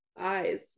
eyes